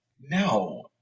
No